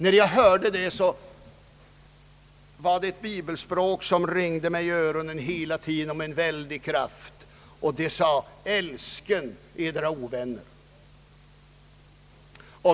När jag hörde detta ringde ett bibelspråk i mina öron: Älsken edra ovänner!